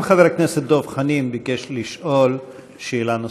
גם חבר הכנסת דב חנין ביקש לשאול שאלה נוספת.